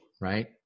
right